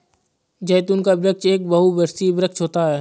जैतून का वृक्ष एक बहुवर्षीय वृक्ष होता है